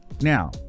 Now